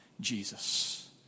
Jesus